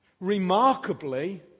Remarkably